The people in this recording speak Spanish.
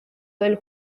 del